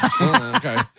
Okay